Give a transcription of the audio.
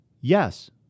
Yes